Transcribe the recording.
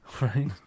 Right